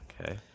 Okay